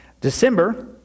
December